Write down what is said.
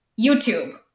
YouTube